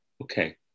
okay